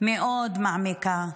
מאוד מעמיקה,